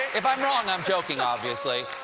if i'm wrong, i'm joking, obviously.